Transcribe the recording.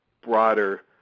broader